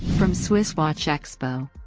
from swisswatchexpo,